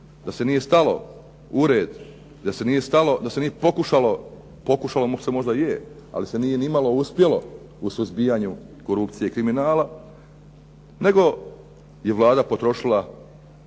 da se nije stalo u red, da se nije pokušalo, pokušalo mu se možda je, ali se nije nimalo uspjelo u suzbijanju korupcije, kriminala, nego je Vlada potrošila